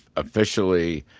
officially,